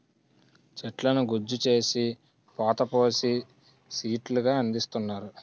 చెట్లను గుజ్జు చేసి పోత పోసి సీట్లు గా అందిస్తున్నారు